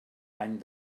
any